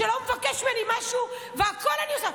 שמבקש ממני משהו ולא הכול אני עושה.